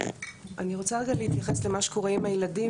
אני רוצה להתייחס רגע למה שקורה עם הילדים